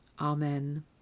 Amen